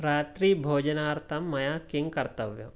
रात्रिभोजनार्थं मया किं कर्तव्यम्